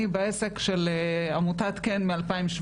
אני בעסק של עמותת "כן" מ-2017,